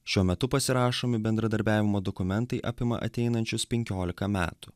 šiuo metu pasirašomi bendradarbiavimo dokumentai apima ateinančius penkiolika metų